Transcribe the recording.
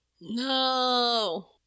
No